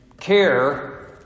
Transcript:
care